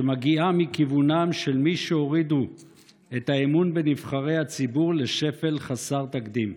שמגיעה מכיוונם של מי שהורידו את האמון בנבחרי הציבור לשפל חסר תקדים.